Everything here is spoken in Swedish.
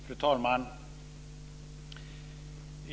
Fru talman!